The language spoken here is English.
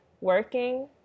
working